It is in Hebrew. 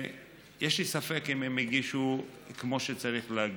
יש לי ספק אם הם הגישו כמו שהם צריכים להגיש.